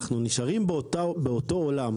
אנחנו נשארים באותו עולם,